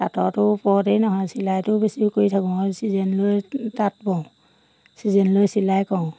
তাঁতৰটো ওপৰতেই নহয় চিলাইটো বেছি কৰি থাকোঁ আৰু ছিজন লৈ তাঁত বওঁ ছিজন লৈ চিলাই কৰো